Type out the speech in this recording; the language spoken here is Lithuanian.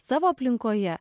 savo aplinkoje